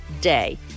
day